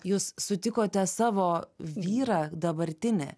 jūs sutikote savo vyrą dabartinį